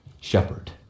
shepherd